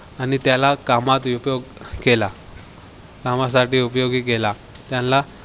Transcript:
आणि त्याला कामात उपयोग केला कामासाठी उपयोगी केला त्यांला